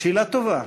שאלה טובה.